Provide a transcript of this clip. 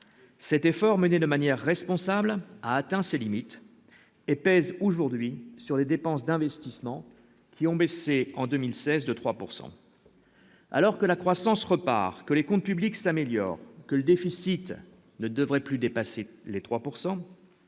cet effort mené de manière responsable, a atteint ses limites et pèse aujourd'hui sur les dépenses d'investissement qui ont baissé en 2016, 2 3 pourcent alors que la croissance repart, que les comptes publics s'améliore, que le déficit ne devrait plus dépasser les 3